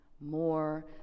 more